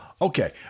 okay